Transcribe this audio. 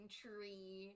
tree